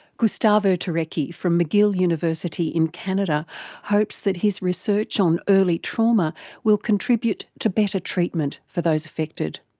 gustavo turecki from mcgill university in canada hopes that his research on early trauma will contribute to better treatment for those affected.